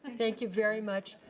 thank you very much.